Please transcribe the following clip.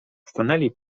stanęli